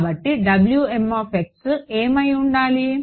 కాబట్టి ఏమై ఉండాలి